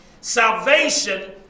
Salvation